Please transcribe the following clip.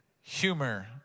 humor